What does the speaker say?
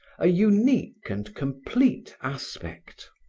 a unique and complete aspect.